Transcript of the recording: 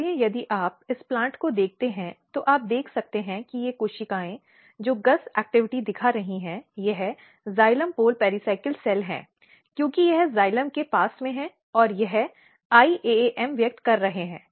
इसलिए यदि आप इस प्लांट को देखते हैं तो आप देख सकते हैं कि ये कोशिकाएं जो GUS गतिविधि दिखा रही हैं यह जाइलम पोल पेराइकल सेल है क्योंकि यह जाइलम के पास में है और यह iaaM व्यक्त कर रहा है